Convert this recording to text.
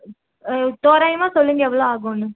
தோராயமாக சொல்லுங்கள் எவ்வளோ ஆகுன்னு